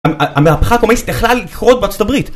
המהפכה הקומוניסטית יכלה לקרות בארצות הברית